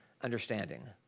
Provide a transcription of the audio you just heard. understanding